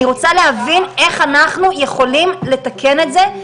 אני רוצה להבין איך אנחנו יכולים לתקן את זה,